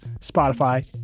Spotify